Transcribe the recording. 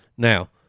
Now